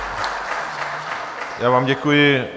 Já vám děkuji.